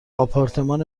آپارتمان